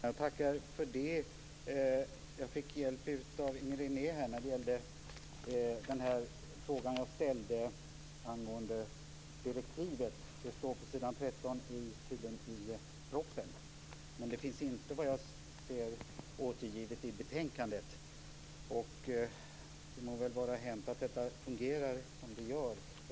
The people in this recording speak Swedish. Fru talman! Jag tackar för det. Jag fick hjälp av Inger René när det gällde frågan jag ställde angående direktivet. Det står tydligen på s. 13 i propositionen. Men det finns såvitt jag ser inte återgivet i betänkandet. Det må vara hänt att detta fungerar som det gör.